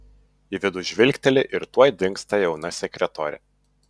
į vidų žvilgteli ir tuoj dingsta jauna sekretorė